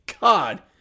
God